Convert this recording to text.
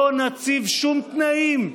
לא נציב שום תנאים.